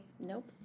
Nope